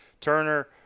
Turner